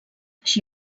així